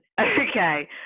Okay